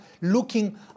looking